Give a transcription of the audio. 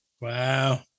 Wow